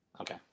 Okay